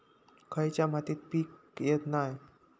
खयच्या मातीत पीक येत नाय?